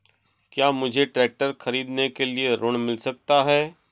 क्या मुझे ट्रैक्टर खरीदने के लिए ऋण मिल सकता है?